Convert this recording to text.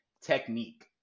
technique